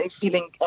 feeling